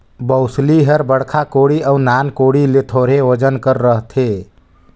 बउसली हर बड़खा कोड़ी अउ नान कोड़ी ले थोरहे ओजन कर रहथे